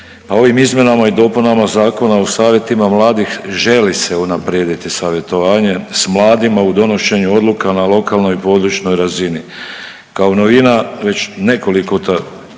A ovim izmjenama i dopunama Zakona o savjetima mladih želi se unaprijediti savjetovanje sa mladima u donošenju odluka na lokalnoj i područnoj razini. Kao novina već nekoliko puta